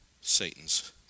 Satan's